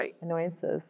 annoyances